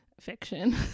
fiction